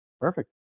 Perfect